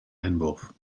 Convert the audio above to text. einwurf